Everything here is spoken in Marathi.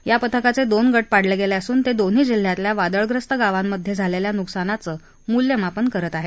या पथकाचे दोन गट पाडले गेले असून ते दोन्ही जिल्ह्यातल्या वादळग्रस्त गावांमध्ये झालेल्या नुकसानाचं मूल्यमापन करत आहेत